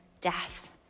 death